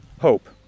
hope